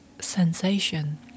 Sensation